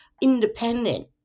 independent